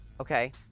Okay